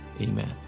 amen